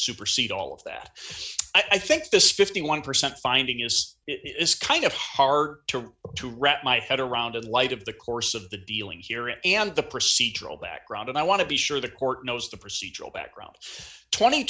supersede all of that i think this fifty one percent finding is it is kind of hard to to wrap my head around in light of the course of the dealing here and the procedural background and i want to be sure the court knows the procedural